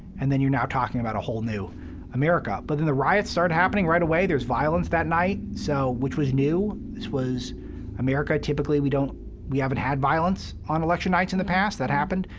and then you're now talking about a whole new america. but then the riots started happening right away. there's violence that night, so, which was new. this was america. typically we don't we haven't had violence on election nights in the past that happened.